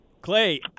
Clay